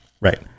right